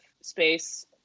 space